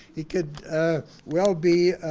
he could well be